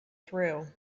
through